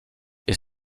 est